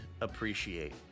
appreciate